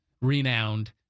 renowned